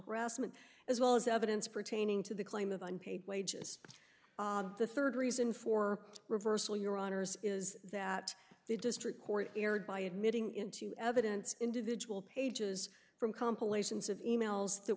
harassment as well as evidence pertaining to the claim of unpaid wages the third reason for reversal your honour's is that the district court erred by admitting into evidence individual pages from compilations of emails that